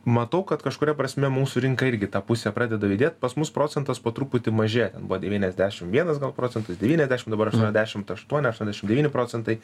matau kad kažkuria prasme mūsų rinka irgi į tą pusę pradeda judėt pas mus procentas po truputį mažėja buvo devyniasdešimt vienas gal procentas devyniasdešimt dabar aštuoniasdešimt aštuoni aštuoniasdešimt devyni procentai